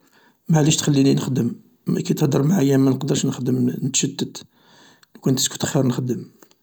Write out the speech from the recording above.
معليش تخليني نخدم؟ كي تهدر معايا منقدرش نخدم نتشتت و كان تسكت خير نخدم.